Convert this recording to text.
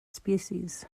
species